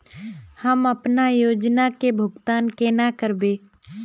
हम अपना योजना के भुगतान केना करबे?